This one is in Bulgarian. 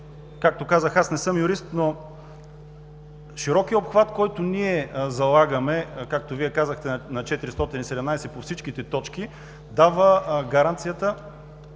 както казах, аз не съм юрист. Широкият обхват обаче, който залагаме, както Вие казахте, на чл. 417 по всичките точки, дава гаранция,